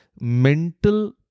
mental